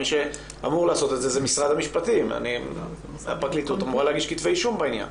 מי שאמור לעשות את זה זאת הפרקליטות שאמורה להגיש כתבי אישום בעניין.